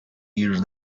use